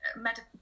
medical